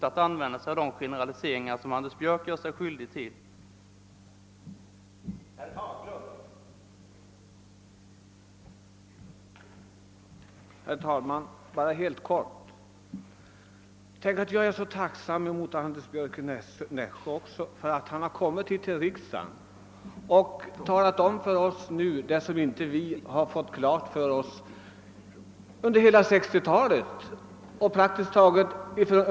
Jag tycker att de generaliseringar som Anders Björck gör sig skyldig till är väl grova.